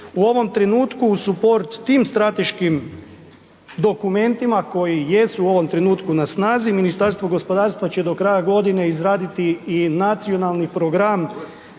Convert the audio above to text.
U ovom trenutku u support tim strateškim dokumentima koji jesu u ovom trenutku na snazi Ministarstvo gospodarstva će do kraja godine izraditi i nacionalni program